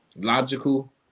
Logical